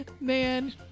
man